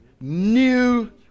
new